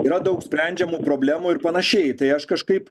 yra daug sprendžiamų problemų ir panašiai tai aš kažkaip